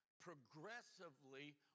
progressively